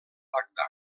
bagdad